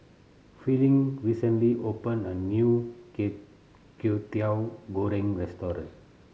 Fielding recently opened a new Kwetiau Goreng restaurant